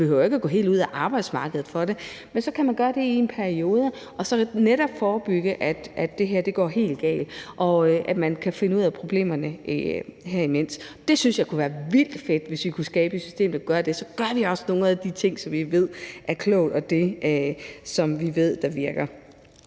man behøver ikke at gå helt ud af arbejdsmarkedet for det. Altså, man kan gøre det i en periode, og så vil det netop forebygge, at det går helt galt, og sikre, at man kan finde ud af problemerne imens. Jeg synes, det kunne være vildt fedt, hvis vi kunne skabe et system, der kunne gøre det. Så gør vi også nogle af de ting, som vi ved er klogt, og som vi ved virker.